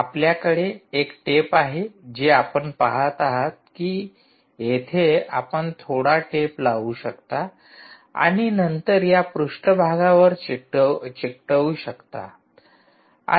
आपल्याकडे एक टेप आहे जी आपण पाहत आहात की येथे आपण थोडा टेप लावू शकता आणि नंतर या पृष्ठभागावर चिकटवू शकता